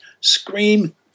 scream